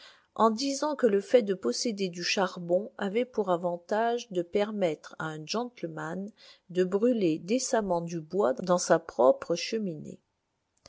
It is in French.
en disant que le fait de posséder du charbon avait pour avantage de permettre à un gentleman de brûler décemment du bois dans sa propre cheminée